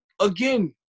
Again